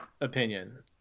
opinion